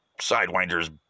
sidewinder's